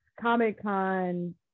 comic-con